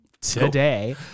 today